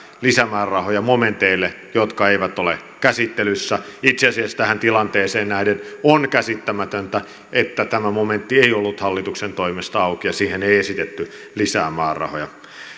lisämäärärahoja momenteille jotka eivät ole käsittelyssä itse asiassa tähän tilanteeseen nähden on käsittämätöntä että tämä momentti ei ollut hallituksen toimesta auki ja siihen ei esitetty lisää määrärahoja